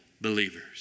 believers